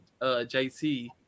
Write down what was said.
JT